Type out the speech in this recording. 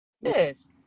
Yes